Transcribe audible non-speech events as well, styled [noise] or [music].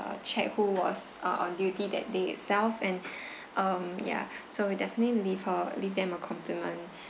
uh check who was uh on duty that day itself and [breath] um ya so we'll definitely leave her leave them a compliment